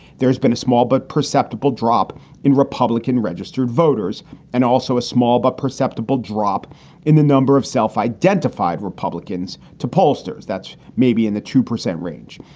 there's been a small but perceptible drop in republican registered voters and also a small but perceptible drop in the number of self-identified republicans to pollsters. that's maybe in the two percent range.